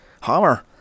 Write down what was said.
hammer